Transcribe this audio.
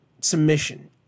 submission